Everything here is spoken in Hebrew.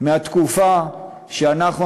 מהתקופה שאנחנו,